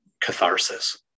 catharsis